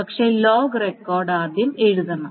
പക്ഷേ log record ആദ്യം എഴുതണം